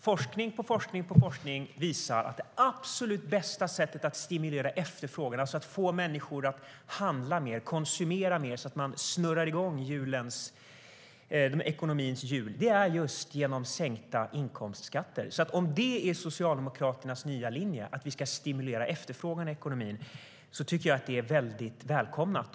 Forskningen visar att det absolut bästa sättet att stimulera efterfrågan, alltså att få människor att konsumera mer så att ekonomins hjul snurras igång, är just sänkta inkomstskatter. Om Socialdemokraternas nya linje är att vi ska stimulera efterfrågan i ekonomin är det välkommet.